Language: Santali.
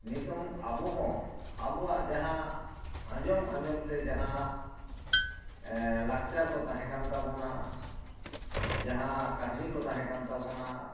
ᱱᱤᱛᱚᱝ ᱟᱵᱚ ᱦᱚᱸ ᱟᱵᱚᱣᱟᱜ ᱡᱟᱦᱟᱸ ᱟᱸᱡᱚᱢ ᱟᱸᱡᱚᱢ ᱛᱮ ᱡᱟᱦᱟᱸ ᱞᱟᱠᱪᱟᱨ ᱠᱚ ᱛᱟᱦᱮᱸ ᱠᱟᱱ ᱛᱟᱵᱚᱱᱟ ᱡᱟᱦᱟᱸ ᱠᱟᱹᱦᱱᱤ ᱠᱚ ᱛᱟᱦᱮᱸ ᱠᱟᱱ ᱛᱟᱵᱚᱱᱟ